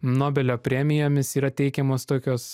nobelio premijomis yra teikiamos tokios